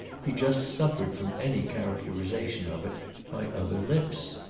he just suffered from any characterisation of it by other lips.